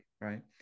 right